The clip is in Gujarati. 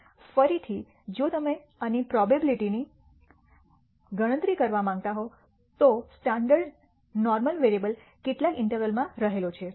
ફરીથી જો તમે આની પ્રોબેબીલીટીની ગણતરી કરવા માંગતા હો તો સ્ટાન્ડર્ડ નોર્મલ વેરીએબલ કેટલાક ઈન્ટરવલ માં રહેલો છે